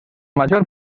major